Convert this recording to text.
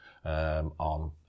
On